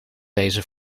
lezen